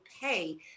pay